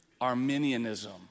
Arminianism